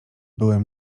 byłem